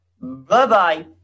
Bye-bye